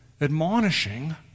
admonishing